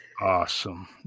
Awesome